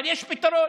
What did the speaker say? אבל יש פתרון.